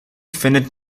findet